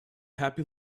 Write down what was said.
happy